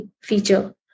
feature